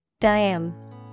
Diam